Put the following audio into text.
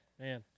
Man